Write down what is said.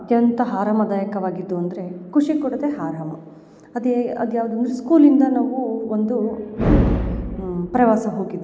ಅತ್ಯಂತ ಆರಾಮದಾಯಕವಾಗಿದ್ದು ಅಂದರೆ ಕೃಷಿ ಕೊಡುದೇ ಆರಾಮ್ ಅದೇ ಅದು ಯಾವುದು ಅಂದ್ರೆ ಸ್ಕೂಲ್ಯಿಂದ ನಾವು ಒಂದು ಪ್ರವಾಸ ಹೋಗಿದ್ದು